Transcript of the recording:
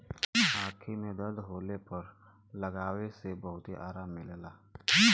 आंखी में दर्द होले पर लगावे से बहुते आराम मिलला